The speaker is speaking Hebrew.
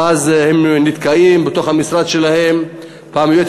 ואז הם נתקעים בתוך המשרד שלהם: פעם היועץ